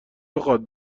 بخواد